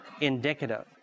indicative